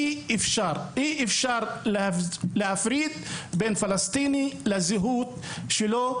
אי-אפשר להפריד בין פלסטיני לזהות שלו.